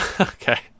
Okay